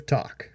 Talk